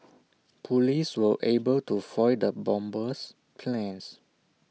Police were able to foil the bomber's plans